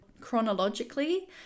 chronologically